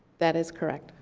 that is correct.